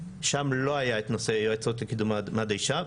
שם לא היה את נושא יועצות לקידום מעמד האישה.